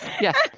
Yes